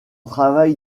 travail